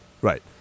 Right